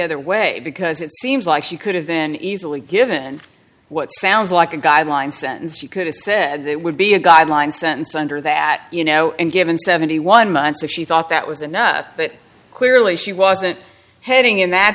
other way because it seems like she could have been easily given what sounds like a guideline sentence she could have said there would be a guideline sentence under that you know and given seventy one months if she thought that was enough but clearly she wasn't heading in